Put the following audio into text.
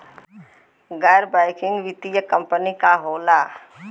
गैर बैकिंग वित्तीय कंपनी का होला?